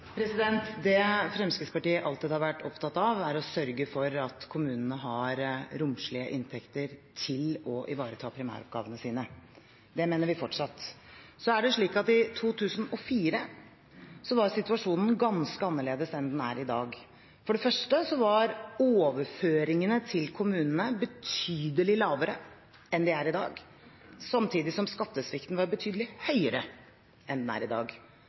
Det Fremskrittspartiet alltid har vært opptatt av, er å sørge for at kommunene har romslige inntekter til å ivareta primæroppgavene sine. Det mener vi fortsatt. Så er det slik at i 2004 var situasjonen ganske annerledes enn den er i dag. For det første var overføringene til kommunene betydelig lavere enn de er i dag, samtidig som skattesvikten var betydelig høyere enn den er i dag.